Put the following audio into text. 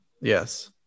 yes